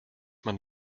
man